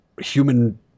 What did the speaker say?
human